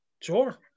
sure